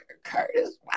Curtis